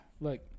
look